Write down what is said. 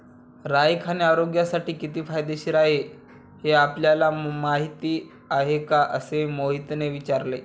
राई खाणे आरोग्यासाठी किती फायदेशीर आहे हे आपल्याला माहिती आहे का? असे मोहितने विचारले